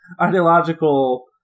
ideological